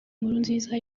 nkurunziza